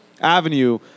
avenue